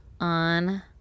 On